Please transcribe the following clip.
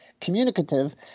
communicative